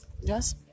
Yes